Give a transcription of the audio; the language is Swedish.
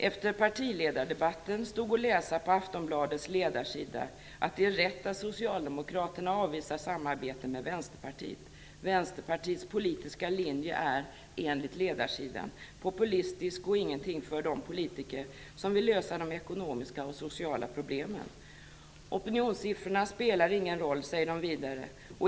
Efter partiledardebatten stod det att läsa på Aftonbladets ledarsida att det är rätt att Socialdemokraterna avvisar samarbete med Vänsterpartiet. Vänsterpartiets politiska linje är enligt ledarsidan populistisk och ingenting för de politiker som vill lösa de ekonomiska och sociala problemen. Opinionssiffrorna spelar ingen roll, säger man vidare.